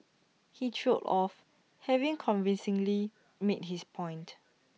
he trailed off having convincingly made his point